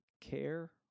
care